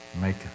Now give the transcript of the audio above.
make